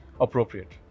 appropriate